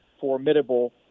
formidable